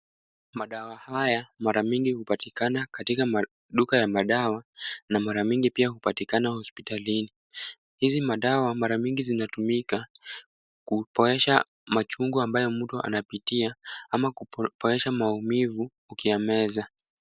Madawa haya mara mingi hupatikana katika maduka ya madawa na mara mingi pia hupatikana hospitalini. Hizi madawa mara mingi zinatumika kupoesha machungu ambayo muda unapitia, ama kuepesha maumivu akiyameza.